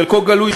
חלקו גלוי,